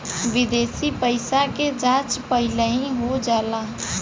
विदेशी पइसा के जाँच पहिलही हो जाला